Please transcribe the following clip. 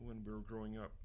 when we were growing up